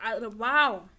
wow